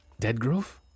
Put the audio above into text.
Deadgrove